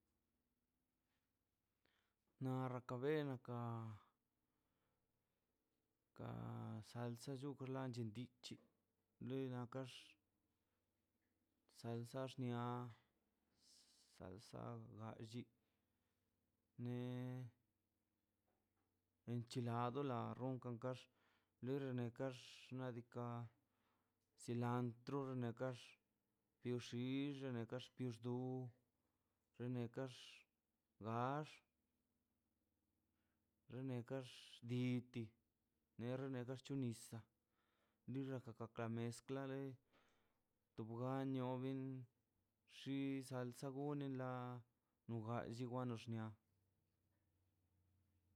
Na rakabela naka na ka salsa llute xlan de dichle da nakax salsa xnia salsa ka lli ne enchilado na da runkan kax lor nekax xnadika cilantro nex kax bixyix nekax bixdu renekax gax renekax diiti nerneka chon yiz lira kaka meskla de tubugan nibun xis alsa gulen na no galsi nania